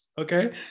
okay